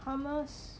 hummus